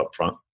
upfront